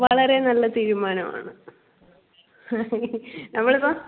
വളരെ നല്ല തീരുമാനമാണ് നമ്മളിപ്പം